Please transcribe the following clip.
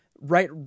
right